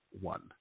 One